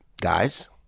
guys